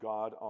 God